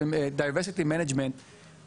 של diversity management,